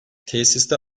tesiste